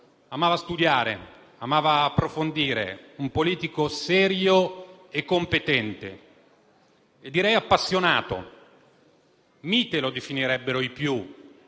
amava studiare e approfondire, era un politico serio, competente e appassionato. Mite lo definirebbero i più,